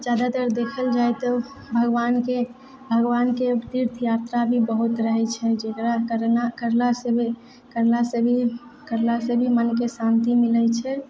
जादातर देखल जाए तऽ भगवानके भगवानके तीर्थ यात्रा भी बहुत रहै छै जेकरा करला करला से भी करला से भी करला से भी मनके शान्ति मिलै छै